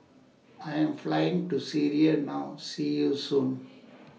I Am Flying to Syria now See YOU Soon